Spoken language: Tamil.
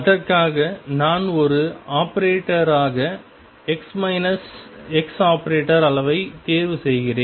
அதற்காக நான் ஒரு ஆபரேட்டராக x ⟨x⟩ அளவை தேர்வு செய்கிறேன்